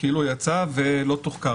כאילו יצא ולא תוחקר.